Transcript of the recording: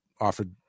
offered